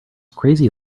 crazy